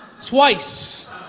Twice